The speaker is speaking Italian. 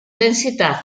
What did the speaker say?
densità